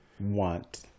want